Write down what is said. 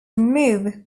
remove